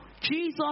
Jesus